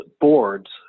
boards